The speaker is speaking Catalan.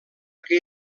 que